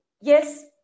yes